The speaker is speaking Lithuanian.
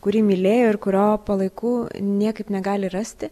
kurį mylėjo ir kurio palaikų niekaip negali rasti